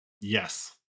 Yes